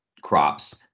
crops